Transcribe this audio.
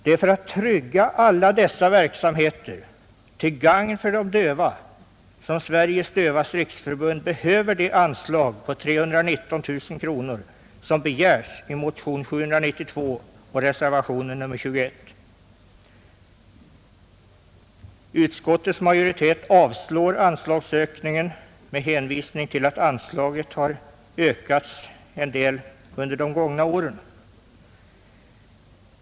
Det är för att trygga alla dessa insatser till gagn för de döva som Sveriges dövas riksförbund behöver det anslag på 319 000 kronor som begärs i motionen 792 och reservationen al Utskottets majoritet avstyrker anslagsökningen med hänvisning till att anslaget höjts en del under de gångna åren.